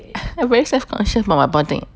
I very self-conscious about my body